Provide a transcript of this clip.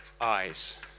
eyes